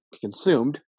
consumed